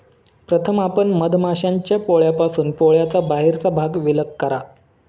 प्रथम आपण मधमाश्यांच्या पोळ्यापासून पोळ्याचा बाहेरचा भाग विलग करा